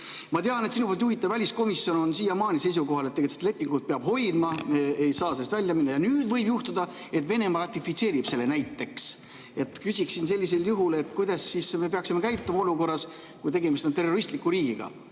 Ma tean, et sinu juhitav väliskomisjon on siiamaani seisukohal, et seda lepingut peab hoidma, ei saa sellest välja minna. Nüüd võib juhtuda, et Venemaa ratifitseerib selle, näiteks. Küsiksin sellisel juhul, kuidas me peaksime käituma olukorras, kui tegemist on terroristliku riigiga.